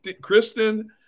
Kristen